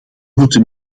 moeten